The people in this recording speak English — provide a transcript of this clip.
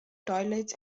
toilets